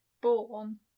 born